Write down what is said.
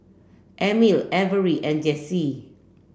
Emil Averie and Jessi